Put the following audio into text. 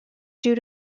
due